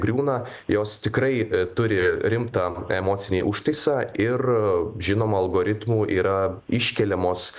griūna jos tikrai turi rimtą emocinį užtaisą ir žinoma algoritmų yra iškeliamos